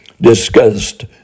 discussed